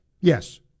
Yes